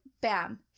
bam